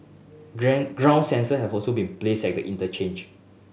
ground sensor have also been placed at the interchange